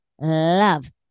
love